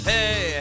Hey